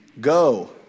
Go